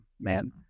man